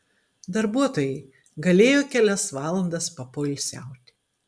darbuotojai galėjo kelias valandas papoilsiauti